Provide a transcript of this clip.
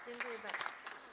Dziękuję bardzo.